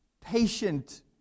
patient